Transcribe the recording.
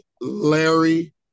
Larry